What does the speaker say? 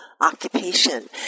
occupation